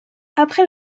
après